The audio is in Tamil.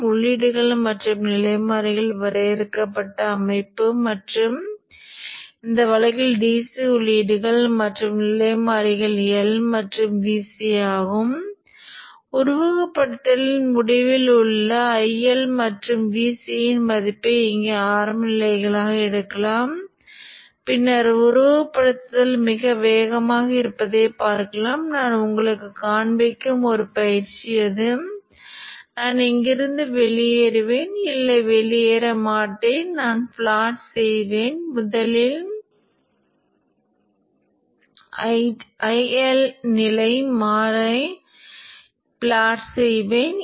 எனவே R இன் மதிப்பு எதுவாக இருந்தாலும் R இன் மதிப்பானது இரண்டு கூறுகளை சரிசெய்கிறது ஒன்று இந்த ஸ்பைக் மின்னழுத்தத்தின் மதிப்பை இங்கே Vq ஸ்பைக் மின்னழுத்தத்தில் சுவிட்ச் ஆஃப் நேரத்தில் கட்டுப்படுத்துகிறது மற்றும் சிதைவின் நேர மாறிலியை ஃப்ளக்ஸ் சிதைவின் tau தீர்மானிக்கிறது